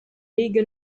league